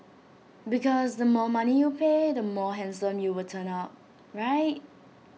because the more money you pay the more handsome you will turn out right